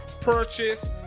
purchase